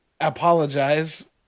apologize